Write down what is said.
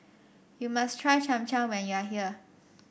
you must try Cham Cham when you are here